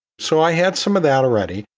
so i had some of that already.